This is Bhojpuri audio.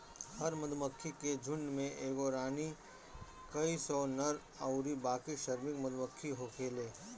हर मधुमक्खी के झुण्ड में एगो रानी, कई सौ नर अउरी बाकी श्रमिक मधुमक्खी होखेले